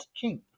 king